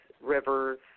rivers